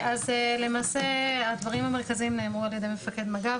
אז למעשה הדברים המרכזיים נאמרו על ידי מפקד מג"ב,